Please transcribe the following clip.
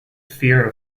fear